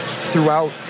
throughout